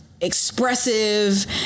Expressive